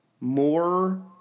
more